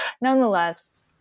Nonetheless